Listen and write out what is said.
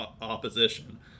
opposition